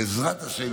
בעזרת השם,